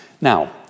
Now